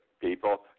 people